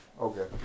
Okay